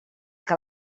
que